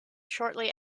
shortly